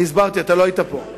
מה לא טוב ב"צער